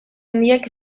handiak